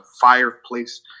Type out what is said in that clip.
fireplace